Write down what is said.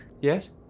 Yes